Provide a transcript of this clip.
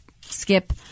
skip